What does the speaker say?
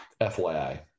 FYI